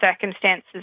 circumstances